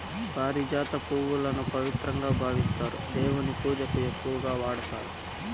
పారిజాత పువ్వులను పవిత్రంగా భావిస్తారు, దేవుని పూజకు ఎక్కువగా వాడతారు